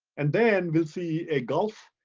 and then we'll see a gulf,